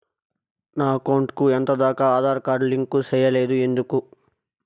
నా అకౌంట్ కు ఎంత దాకా ఆధార్ కార్డు లింకు సేయలేదు ఎందుకు